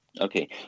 Okay